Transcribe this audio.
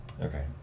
Okay